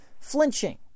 flinching